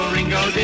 Ringo